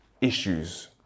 issues